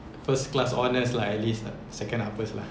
first class honors lah at least second uppers lah